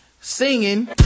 singing